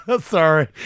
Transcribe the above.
Sorry